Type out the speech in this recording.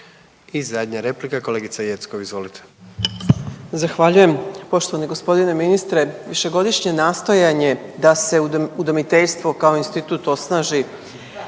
I zadnja replika kolegica Jeckov, izvolite. **Jeckov, Dragana (SDSS)** Zahvaljujem poštovani gospodine ministre. Višegodišnje nastojanje da se udomiteljstvo kao institut osnaži